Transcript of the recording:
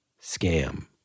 scam